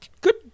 good